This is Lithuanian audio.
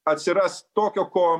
atsiras tokio ko